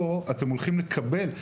כאן אתם הולכים לקבל.